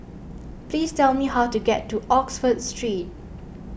please tell me how to get to Oxford Street